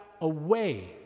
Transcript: away